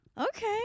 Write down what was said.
Okay